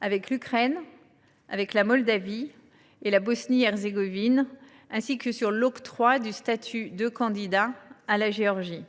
avec l’Ukraine, la Moldavie et la Bosnie Herzégovine, ainsi que sur l’octroi du statut de candidat à la Géorgie.